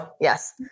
Yes